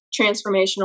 transformational